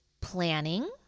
planning